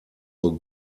nur